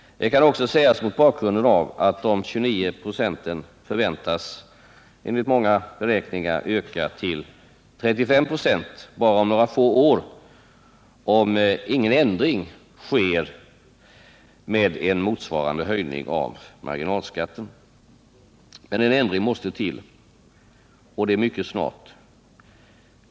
Det kan också sägas mot bakgrunden av att de 29 procenten förväntas, enligt många beräkningar, öka till 35 26 bara om några få år, om ingen ändring sker, med en motsvarande höjning av marginalskatten. Men en ändring måste till, och det mycket snart.